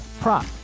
prop